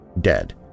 dead